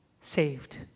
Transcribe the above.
saved